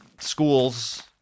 schools